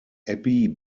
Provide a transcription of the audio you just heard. abbey